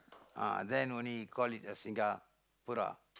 ah then only call it a Singapura